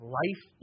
life